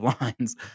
lines